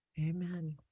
Amen